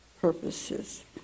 purposes